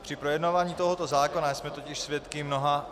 Při projednávání tohoto zákona jsme totiž svědky mnoha...